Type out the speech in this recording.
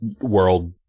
world